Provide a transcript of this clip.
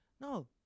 No